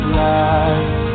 life